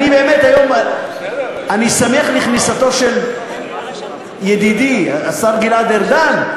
אני באמת שמח היום מכניסתו של ידידי השר גלעד ארדן,